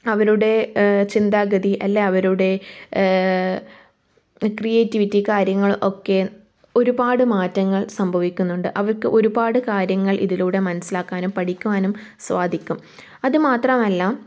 അവരുടെ ചിന്താഗതി അല്ലെങ്കിൽ അവരുടെ ക്രിയേറ്റിവിറ്റി കാര്യങ്ങൾ ഒക്കെ ഒരുപാട് മാറ്റങ്ങൾ സംഭവിക്കുന്നുണ്ട് അവർക്ക് ഒരുപാട് കാര്യങ്ങൾ ഇതിലൂടെ മനസ്സിലാക്കാനും പഠിക്കുവാനും സാധിക്കും അത് മാത്രമല്ല